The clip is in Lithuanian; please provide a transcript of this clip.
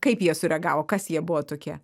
kaip jie sureagavo kas jie buvo tokie